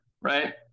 right